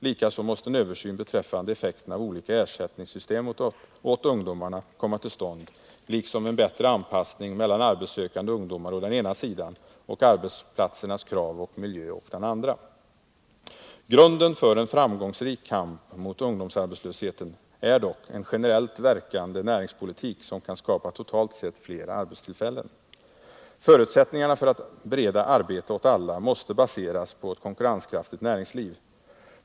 Likaså måste en översyn beträffande effekterna av olika ersättningssystem åt ungdomarna komma till stånd liksom en bättre anpassning mellan arbetssökande ungdomar å ena sidan och arbetsplatsernas krav och miljö å den andra. Grunden för en framgångsrik kamp mot ungdomsarbetslösheten är dock en generellt verkande näringspolitik som kan skapa totalt sett fler arbetstillfällen. Förutsättningarna för att bereda ”arbete åt alla” måste baseras på ett konkurrenskraftigt näringsliv.